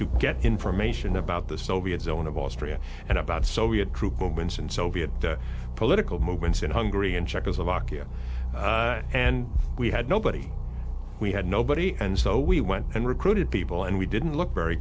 to get information about the soviet zone of austria and about soviet troop movements and soviet political movements in hungary and czechoslovakia and we had nobody we had nobody and so we went and recruited people and we didn't look very